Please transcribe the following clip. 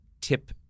tip